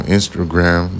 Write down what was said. Instagram